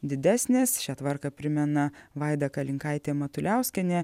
didesnės šią tvarką primena vaida kalinkaitė matuliauskienė